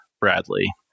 bradley